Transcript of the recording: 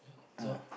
so